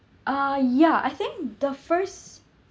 uh yeah I think the first